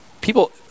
people